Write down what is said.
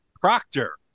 Proctor